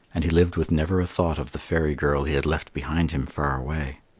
and he lived with never a thought of the fairy girl he had left behind him far away.